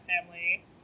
family